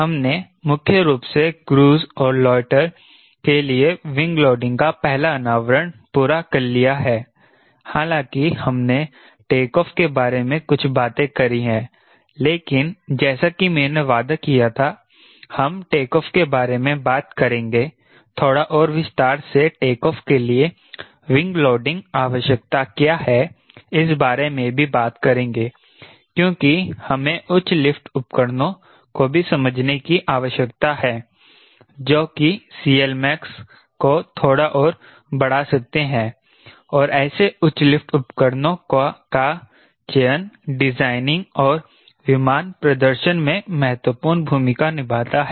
हमने मुख्य रूप से क्रूज़ और लोएटर के लिए विंग लोडिंग का पहला अनावरण पूरा कर लिया है हालांकि हमने टेकऑफ़ के बारे में कुछ बातें करी है लेकिन जैसा कि मैंने वादा किया था हम टेकऑफ़ के बारे में बात करेंगे थोड़ा और विस्तार से टेकऑफ़ के लिए विंग लोडिंग आवश्यकता क्या है इस बारे में भी बात करेंगे क्योंकि हमें उच्च लिफ्ट उपकरणों को भी समझने की आवश्यकता है जो कि CLmax को थोड़ा और बढ़ा सकते हैं और ऐसे उच्च लिफ्ट उपकरणों का चयन डिजाइनिंग और विमान प्रदर्शन में महत्वपूर्ण भूमिका निभाता है